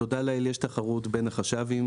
תודה לאל יש תחרות בין החש"בים,